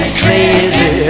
crazy